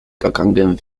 gegangen